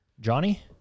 Johnny